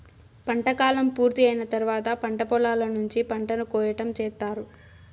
పంట కాలం పూర్తి అయిన తర్వాత పంట పొలాల నుంచి పంటను కోయటం చేత్తారు